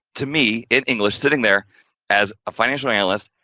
to me in english, sitting there as a financial analyst,